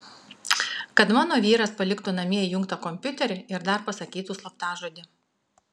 kad mano vyras paliktų namie įjungtą kompiuterį ir dar pasakytų slaptažodį